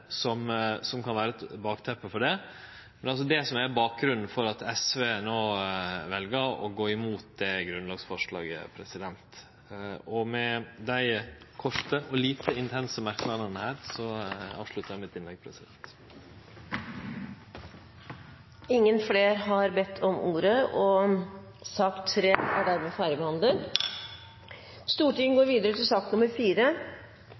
merknader som kan vere eit bakteppe for det, men det er altså det som er bakgrunnen for at SV no vel å gå imot dette grunnlovsforslaget. Og med desse korte og lite intense merknadene avsluttar eg mitt innlegg. Flere har ikke bedt om ordet til sak